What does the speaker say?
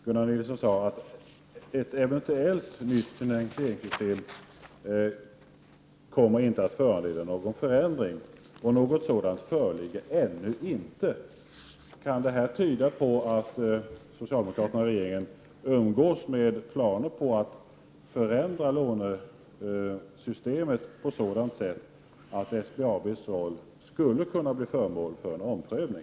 Gunnar Nilsson sade att ett eventuellt nytt finansieringssystem inte kommer att föranleda någon förändring, och något sådant föreligger ännu inte. Kan detta tyda på att socialdemokraterna och regeringen har planer på att förändra lånesystemet på ett sådant sätt att SBAB:s roll skulle kunna bli föremål för en omprövning?